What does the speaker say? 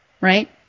Right